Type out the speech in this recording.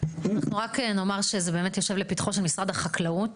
רק נאמר שזה באמת יושב לפתחו של משרד החקלאות